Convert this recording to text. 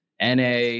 NA